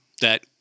that-